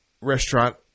restaurant